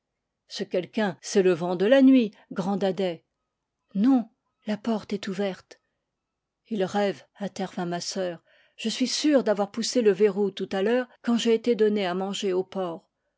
ce quelqu'un c'est le vent de la nuit grand dadais non la porte est ouverte il rêve intervint ma sœur je suis sûre d'avoir poussé le verrou tout à l'heure quand j'ai été donner à manger au porc